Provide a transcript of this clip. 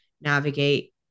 navigate